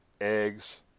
eggs